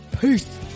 Peace